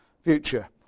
future